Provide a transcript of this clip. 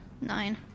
Nine